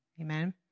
Amen